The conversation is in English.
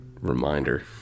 reminder